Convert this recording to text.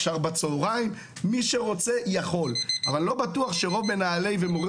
אפשר בצהרים ומי שרוצה יכול אבל לא בטוח שרוב מנהלי ומורי